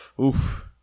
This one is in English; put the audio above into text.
oof